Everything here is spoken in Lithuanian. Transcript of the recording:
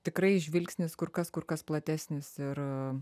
tikrai žvilgsnis kur kas kur kas platesnis ir